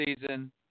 season